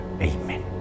Amen